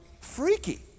freaky